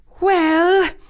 Well